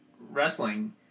wrestling